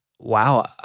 wow